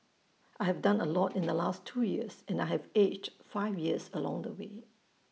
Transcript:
I have done A lot in the last two years and I have aged five years along the way